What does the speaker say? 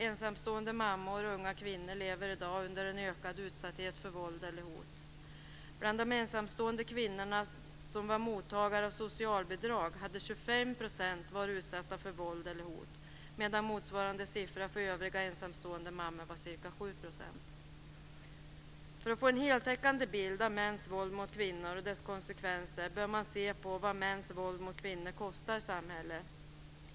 Ensamstående mammor och unga kvinnor lever i dag under en ökad utsatthet för våld eller hot. Bland de ensamstående kvinnor som var mottagare av socialbidrag hade 25 % varit utsatt för våld eller hot medan motsvarande siffra för övriga ensamstående mammor var ca 7 %. För att få en heltäckande bild av mäns våld mot kvinnor och dess konsekvenser bör man se på vad mäns våld mot kvinnor kostar samhället.